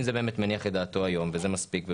אם זה באמת מניח את דעתו היום וזה מספיק,